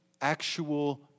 actual